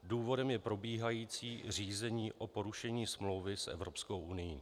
Důvodem je probíhající řízení o porušení smlouvy s Evropskou unií.